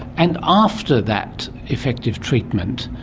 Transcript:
and after that effective treatment,